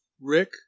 Rick